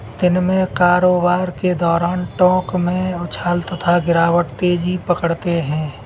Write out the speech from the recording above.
दिन में कारोबार के दौरान टोंक में उछाल तथा गिरावट तेजी पकड़ते हैं